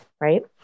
Right